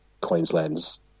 Queensland's